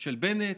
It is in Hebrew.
של בנט,